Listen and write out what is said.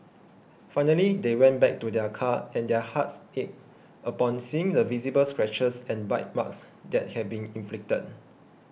finally they went back to their car and their hearts ached upon seeing the visible scratches and bite marks that had been inflicted